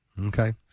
Okay